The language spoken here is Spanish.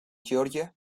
georgia